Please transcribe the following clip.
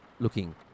looking